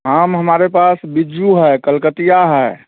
आम हमारे पास बिज्जू है कलकतिया है